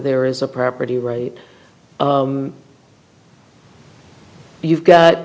there is a property right you've got